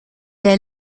est